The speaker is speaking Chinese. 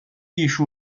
艺术